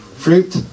Fruit